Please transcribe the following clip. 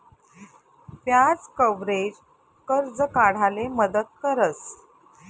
व्याज कव्हरेज, कर्ज काढाले मदत करस